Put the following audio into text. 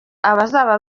abazaba